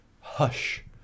Hush